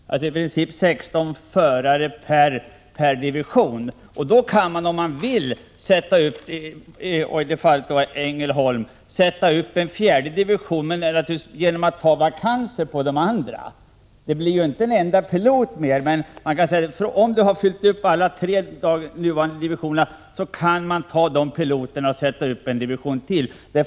Därefter kan man, om man vill, sätta upp en fjärde division — i det här fallet är det då fråga om Ängelholm — men då får detta ske genom att man åter skapar vakanser på de andra divisionerna. Om man har fyllt upp de tre nuvarande divisionerna, kan man ta av de piloter som finns där och börja sätta upp en division till.